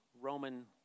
Roman